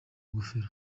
ngofero